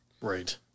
Right